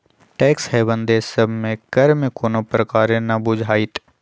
tax haven देश सभ में कर में कोनो प्रकारे न बुझाइत